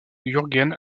jürgen